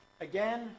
again